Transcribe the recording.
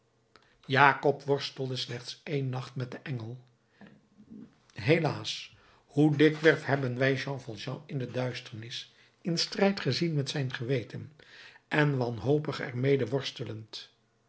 jakob worstelde slechts één nacht met den engel helaas hoe dikwerf hebben wij jean valjean in de duisternis in strijd gezien met zijn geweten en wanhopig er mede worstelend